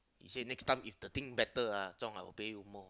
he say next time if the thing better ah Zhong I will pay you more